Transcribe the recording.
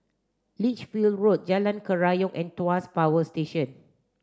Lichfield Road Jalan Kerayong and Tuas Power Station